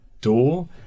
door